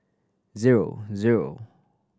zero zero